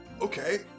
Okay